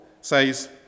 says